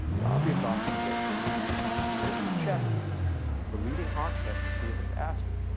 the obvious optimization is to check the leading octet to see if it's ascii.